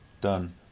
Done